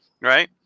Right